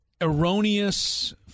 erroneous –